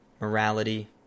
morality